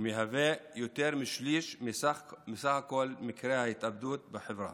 ומהווה יותר משליש מסך כל מקרי ההתאבדות בחברה.